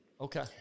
Okay